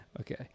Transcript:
Okay